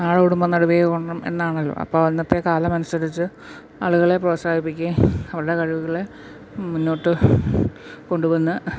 നാടോടുമ്പോള് നടുവേ ഓടണം എന്നാണല്ലോ അപ്പോള് ഇന്നത്തെ കാലമനുസരിച്ച് ആളുകളെ പ്രോത്സാഹിപ്പിക്കുകയും അവരുടെ കഴിവുകളെ മുന്നോട്ട് കൊണ്ടുവന്ന്